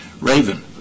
Raven